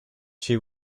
she